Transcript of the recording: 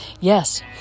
Yes